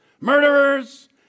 Murderers